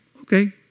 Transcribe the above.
Okay